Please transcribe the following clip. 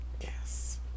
Yes